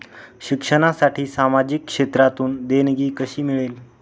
शिक्षणासाठी सामाजिक क्षेत्रातून देणगी कशी मिळेल?